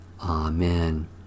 Amen